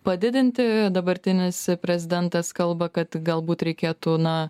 padidinti dabartinis prezidentas kalba kad galbūt reikėtų na